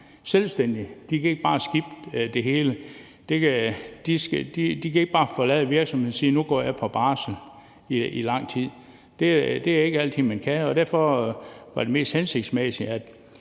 selvstændige, der ikke bare kan skippe det hele. De kan ikke bare forlade virksomheden og sige: Nu går jeg på barsel i lang tid. Det er ikke altid, de kan det, og derfor var det mest hensigtsmæssige,